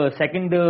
second